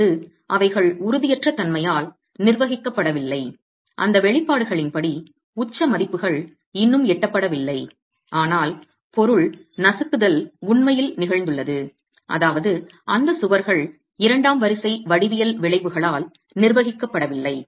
அதாவது அவைகள் உறுதியற்ற தன்மையால் நிர்வகிக்கப்படவில்லை அந்த வெளிப்பாடுகளின்படி உச்ச மதிப்புகள் இன்னும் எட்டப்படவில்லை ஆனால் பொருள் நசுக்குதல் உண்மையில் நிகழ்ந்துள்ளது அதாவது அந்த சுவர்கள் இரண்டாம் வரிசை வடிவியல் விளைவுகளால் நிர்வகிக்கப்படவில்லை